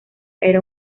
era